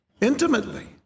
intimately